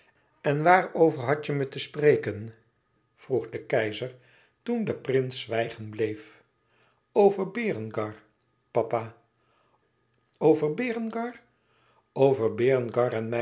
en waarover hadt je me te spreken vroeg de keizer toen de prins zwijgen bleef over berengar papa over berengar over